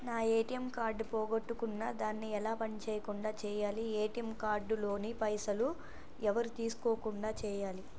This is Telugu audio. నా ఏ.టి.ఎమ్ కార్డు పోగొట్టుకున్నా దాన్ని ఎలా పని చేయకుండా చేయాలి ఏ.టి.ఎమ్ కార్డు లోని పైసలు ఎవరు తీసుకోకుండా చేయాలి?